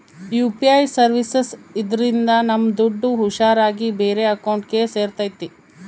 UPI services ಇದ್ರಿಂದ ನಮ್ ದುಡ್ಡು ಹುಷಾರ್ ಆಗಿ ಬೇರೆ ಅಕೌಂಟ್ಗೆ ಸೇರ್ತೈತಿ